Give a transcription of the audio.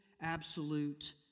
absolute